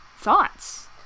thoughts